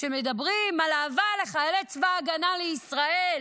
שמדברים על אהבה לחיילי צבא ההגנה לישראל,